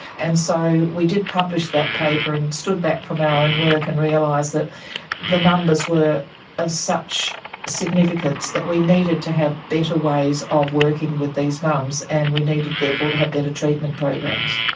and so we did publish that paper and stood back from our own work and realised that the numbers were of such significance that we needed to have better ways of working with these mums and we needed therefore to have better treatment programs.